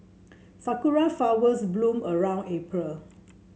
sakura flowers bloom around April